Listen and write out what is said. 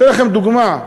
אני אתן לכם דוגמה: